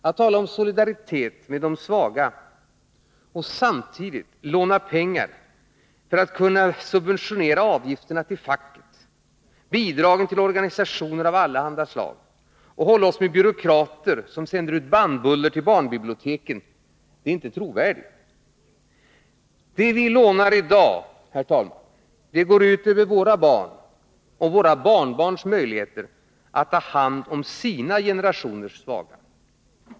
Att tala om solidaritet med de svaga och samtidigt låna pengar för att kunna subventionera avgifterna till facket, bidragen till organisationer av allehanda slag och hålla oss med byråkrater som sänder ut bannbullor till barnbiblioteken, är inte trovärdigt. Det vi lånar i dag, herr talman, går ut över våra barns och barnbarns möjligheter att ta hand om sina generationers svaga.